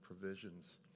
provisions